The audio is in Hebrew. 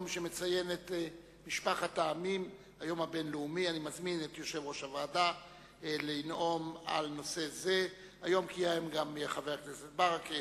הצעה לסדר-היום שמספרה 841. מדובר במלחמה לכל דבר,